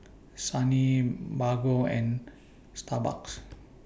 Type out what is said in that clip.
Sony Bargo and Starbucks